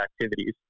activities